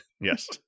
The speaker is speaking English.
Yes